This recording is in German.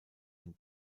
den